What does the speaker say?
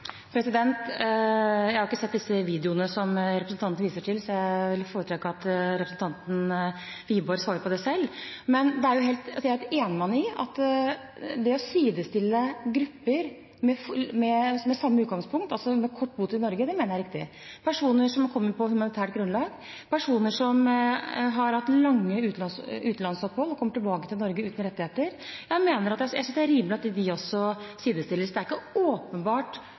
Jeg har ikke sett disse videoene som representanten viser til, så jeg vil foretrekke at representanten Wiborg svarer på det selv. Men jeg er enig med ham i at det å sidestille grupper med samme utgangspunkt, altså de med kort botid i Norge, er riktig. Jeg synes det er rimelig at personer som er kommet på humanitært grunnlag, og personer som har hatt lange utenlandsopphold og kommer tilbake til Norge uten rettigheter, også sidestilles. Det er ikke åpenbart at en person som er her på humanitært grunnlag, og en med flyktningstatus skal bli behandlet så forskjellig som det